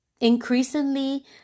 increasingly